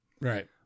Right